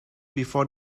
before